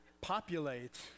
populate